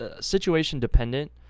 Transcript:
situation-dependent